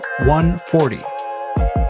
140